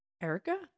Erica